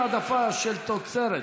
העדפה של תוצרת